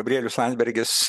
gabrielius landsbergis